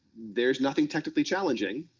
thereis nothing technically challenging,